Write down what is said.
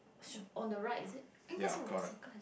should be on the right is it